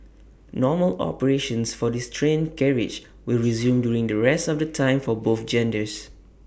normal operations for these train carriages will resume during the rest of the times for both genders